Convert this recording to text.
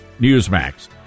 Newsmax